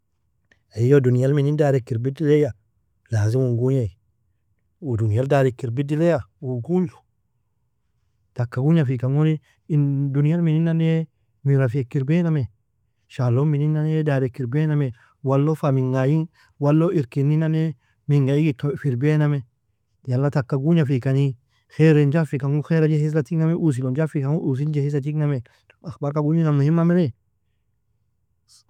Eyyo dunyal mnin darek irbidilya lazin uon gugnie, uu dunyal darik irbidelya uu gugnlu, taka gugnafikan goni, in dunyal mnin nane mirafiek irbainame, shalog minin nane dareka irbainame, walo fa minga ayng walo irkinn nane minga iygeka, fa irbainame, yala taka gugnafikani, khairin jafikan gon khaira jeheza tigname, uosilon jafikan gon uosil jehiza tigname, akhbarka guninan muhimma meni.